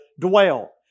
dwell